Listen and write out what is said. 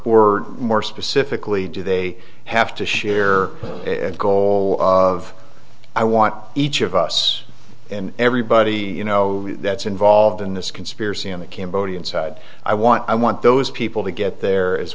were more specifically do they have to share a goal of i want each of us and everybody you know that's involved in this conspiracy in the cambodian side i want i want those people to get there as